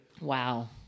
Wow